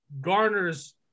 garners